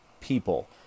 people